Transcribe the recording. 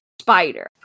spider